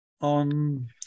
on